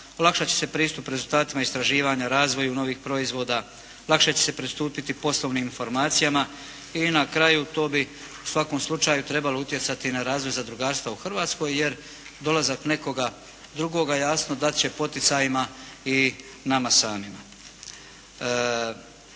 olakšat će se pristup rezultatima istraživanja, razvoju novih proizvoda, lakše će se pristupiti poslovnim informacijama. I na kraju to bi u svakom slučaju trebalo utjecati na razvoj zadrugarstva u Hrvatskoj jer dolazak nekoga drugoga jasno dat će poticaj i nama samima.